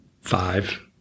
five